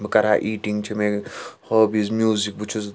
بہٕ کَرٕہا ایٹِنٛگ چھِ مےٚ ہابِیٖز مِیوٗزِک بہٕ چھُس